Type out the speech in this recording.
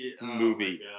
movie